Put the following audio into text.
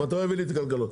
מתי הוא יביא לי את התקנות?